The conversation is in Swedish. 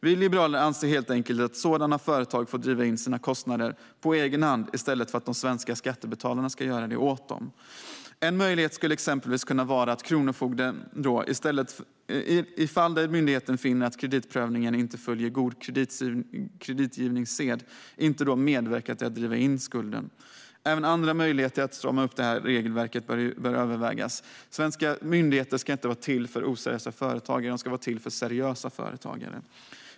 Vi liberaler anser helt enkelt att sådana företag får driva in sina kostnader på egen hand i stället för att de svenska skattebetalarna ska göra det åt dem. En möjlighet skulle exempelvis kunna vara att Kronofogden inte medverkar till att driva in skulden i fall där myndigheten finner att kreditprövningen inte följer god kreditgivningssed. Även andra möjligheter att strama upp regelverket bör övervägas. Svenska myndigheter ska inte vara till för oseriösa företagare. De ska vara till för seriösa företagare.